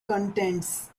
contents